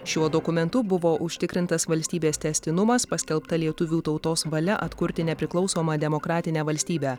šiuo dokumentu buvo užtikrintas valstybės tęstinumas paskelbta lietuvių tautos valia atkurti nepriklausomą demokratinę valstybę